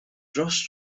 dros